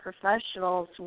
professionals